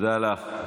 תודה לך.